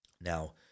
Now